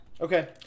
Okay